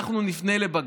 אנחנו נפנה לבג"ץ,